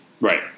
Right